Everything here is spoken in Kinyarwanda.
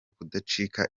kudacika